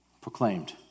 proclaimed